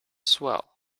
swell